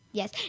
yes